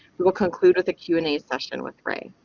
we will conclude with a q and a session with ray.